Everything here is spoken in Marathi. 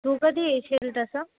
तू कधी येशील तसं